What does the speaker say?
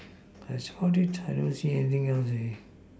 that's how do you I don't see anything else leh